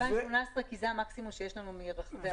2018 כי זה המקסימום שיש לנו מרחבי העולם.